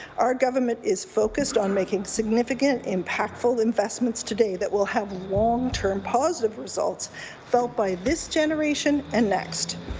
our government is focused on making significant impactful investments today that will have long-term positive results felt by this generation and next.